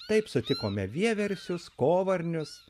taip sutikome vieversius kovarnius